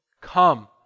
come